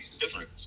different